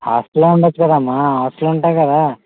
హాస్టల్లో ఉండవచ్చు కదమ్మా హాస్టళ్ళు ఉంటాయి కదా